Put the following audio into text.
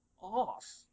off